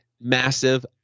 massive